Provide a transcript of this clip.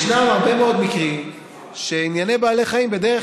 ישנם הרבה מקרים שענייני בעלי חיים בדרך